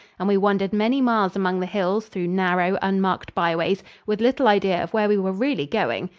and we wandered many miles among the hills through narrow, unmarked byways, with little idea of where we were really going.